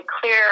clear